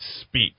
speak